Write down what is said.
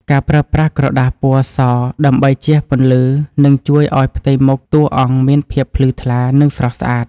ការប្រើប្រាស់ក្រដាសពណ៌សដើម្បីជះពន្លឺនឹងជួយឱ្យផ្ទៃមុខតួអង្គមានភាពភ្លឺថ្លា និង ស្រស់ស្អាត។